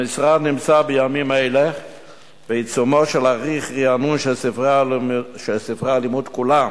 המשרד נמצא בימים אלה בעיצומו של הליך רענון של ספרי הלימוד כולם,